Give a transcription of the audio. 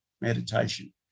meditation